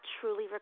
truly